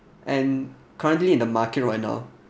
and currently in the market right now